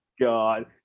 god